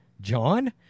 John